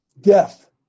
death